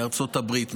מארצות הברית,